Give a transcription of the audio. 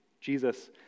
Jesus